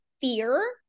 fear